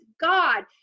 God